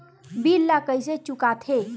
bill ला कइसे चुका थे